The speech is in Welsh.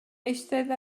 eistedd